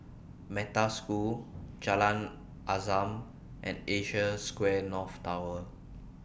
Metta School Jalan Azam and Asia Square North Tower